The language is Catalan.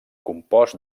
compost